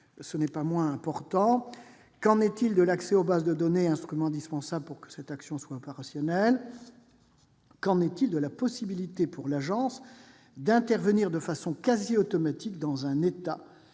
conduit son action. Qu'en est-il de l'accès aux bases de données, instrument indispensable pour que cette action soit opérationnelle ? Qu'en est-il de la possibilité pour l'agence d'intervenir de façon quasi automatique dans un État